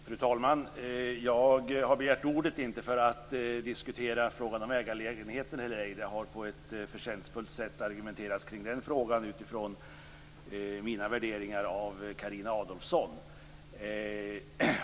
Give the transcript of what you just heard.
Fru talman! Jag har begärt ordet, inte för att diskutera frågan om ägarlägenheter eller ej. Det har på ett förtjänstfullt sätt argumenterats kring den frågan utifrån mina värderingar av Carina Adolfsson.